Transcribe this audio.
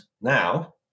now